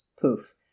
Poof